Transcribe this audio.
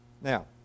Now